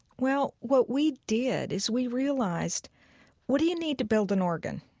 well, what we did is we realized what do you need to build an organ?